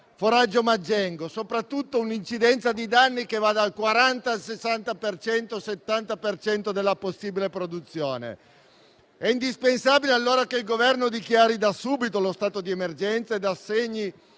foraggio maggengo, con un'incidenza di danni che va dal 40 al 60-70 per cento della possibile produzione. È indispensabile che il Governo dichiari da subito lo stato di emergenza ed assegni